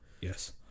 yes